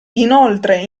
inoltre